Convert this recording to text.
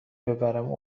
ببرم